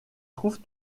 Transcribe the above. trouve